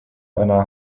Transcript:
einer